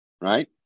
right